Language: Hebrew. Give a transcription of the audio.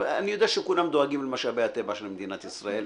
אני יודע שכולם דואגים למשאבי הטבע של מדינת ישראל,